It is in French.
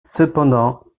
cependant